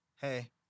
hey